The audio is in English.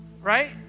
right